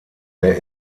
der